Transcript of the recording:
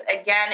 again